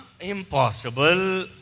Impossible